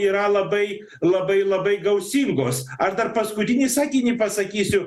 yra labai labai labai gausingos ar dar paskutinį sakinį pasakysiu